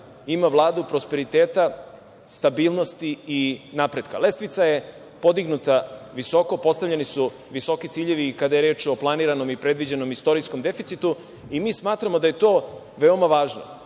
ima Vladu prosperiteta, stabilnosti i napretka. Lestvica je podignuta visoko. Postavljeni su visoki ciljevi kada je reč o planiranom i predviđenom istorijskom deficitu i mi smatramo da je to veoma važno,